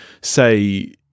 say